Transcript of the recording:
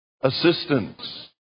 assistance